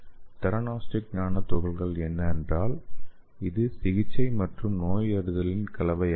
theranostic nano துகள்கள் என்றால் இது சிகிச்சை மற்றும் நோயறிதலின் கலவையாகும்